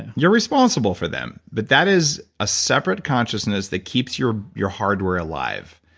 you're responsible for them, but that is a separate consciousness that keeps your your hardware alive.